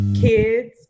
Kids